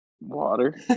Water